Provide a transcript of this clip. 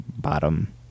bottom